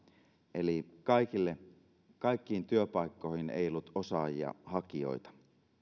eli kaikkiin työpaikkoihin ei ollut osaajia hakijoita